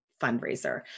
fundraiser